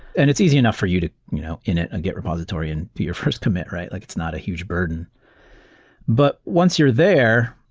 and it's easy enough for you to you know ah a git repository and do your first commit, right? like it's not a huge burden but once you're there,